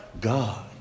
God